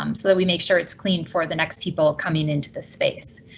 um so that we make sure it's clean for the next people coming into the space.